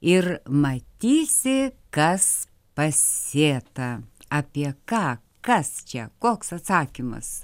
ir matysi kas pasėta apie ką kas čia koks atsakymas